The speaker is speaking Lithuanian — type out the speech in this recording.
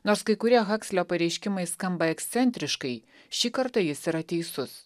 nors kai kurie hakslio pareiškimai skamba ekscentriškai šį kartą jis yra teisus